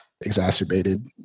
exacerbated